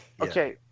Okay